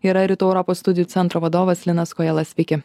yra rytų europos studijų centro vadovas linas kojala sveiki